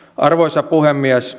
arvoisa puhemies